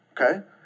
Okay